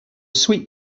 sweet